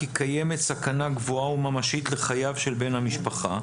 קיימת סכנה גבוהה וממשית לחייו של בן המשפחה,